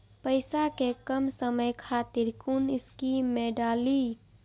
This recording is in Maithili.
पैसा कै कम समय खातिर कुन स्कीम मैं डाली?